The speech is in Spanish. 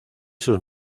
sus